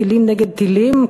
טילים נגד טילים,